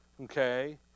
Okay